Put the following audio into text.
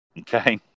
Okay